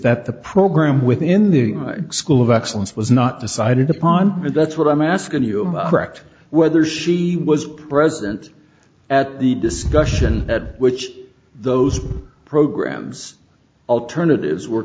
that the program within the school of excellence was not decided upon and that's what i'm asking you a cracked whether she was present at the discussion at which those programs alternatives were